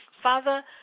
Father